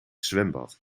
zwembad